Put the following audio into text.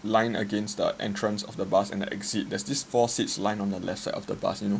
lined against the entrance of the bus and the exit there's these four seats lined on the left of the bus you know